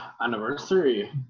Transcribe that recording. anniversary